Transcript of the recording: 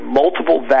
multiple